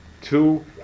two